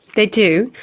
they do.